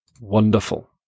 wonderful